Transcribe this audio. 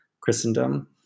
Christendom